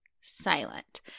silent